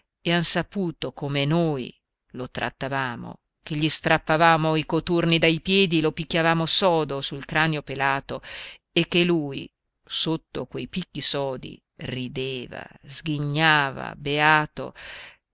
e han saputo come noi lo trattavamo che gli strappavamo i coturni dai piedi e lo picchiavamo sodo sul cranio pelato e che lui sotto a quei picchi sodi rideva sghignava beato